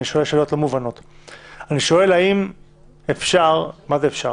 מה יקרה